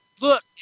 look